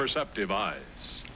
perceptive eyes